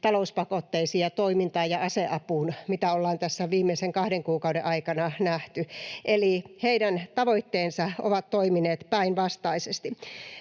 talouspakotteisiin ja toimintaan ja aseapuun, mitä ollaan tässä viimeisen kahden kuukauden aikana nähty, eli heidän tavoitteensa ovat toimineet päinvastaisesti.